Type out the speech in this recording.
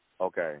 Okay